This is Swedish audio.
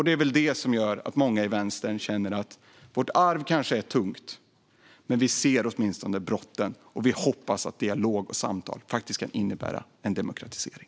Det är väl det som gör att många i Vänstern känner att vårt arv kanske är tungt men att vi åtminstone ser brotten. Vi hoppas att dialog och samtal faktiskt kan innebära en demokratisering.